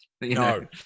No